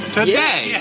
Today